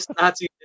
Nazi